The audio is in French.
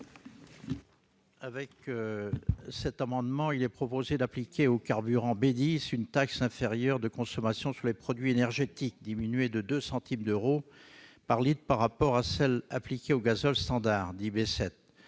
Avec cet amendement, il est proposé d'appliquer au carburant B10 une taxe intérieure de consommation sur les produits énergétiques diminuée de 2 centimes d'euro par litre par rapport à celle qui est appliquée au gazole standard, dit